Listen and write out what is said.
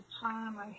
time